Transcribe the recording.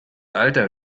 alter